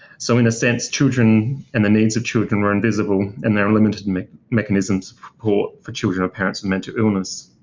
so in a sense, children and the needs of children were invisible, and there were limited mechanisms for for children of parents with and mental illness.